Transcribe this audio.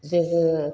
जोङो